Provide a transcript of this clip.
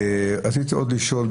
רציתי עוד לשאול,